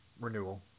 renewal